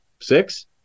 Six